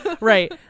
Right